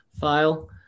file